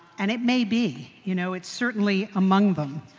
and it may be, you know, it certainly among them.